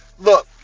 Look